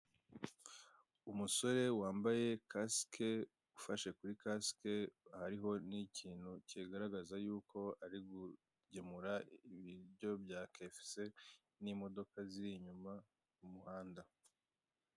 Umusore wambaye kasike ufashe kuri kasike, hariho n'ikintu kigaragaza yuko ari kugemura ibiryo bya KFC n'imodoka ziri inyuma mu muhanda.